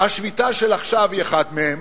השביתה של עכשיו זה אחד מהם,